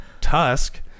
Tusk